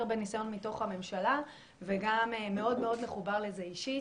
הרבה ניסיון מתוך הממשלה וגם מאוד מאוד מחובר לזה אישית,